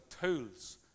tools